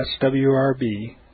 swrb